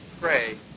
pray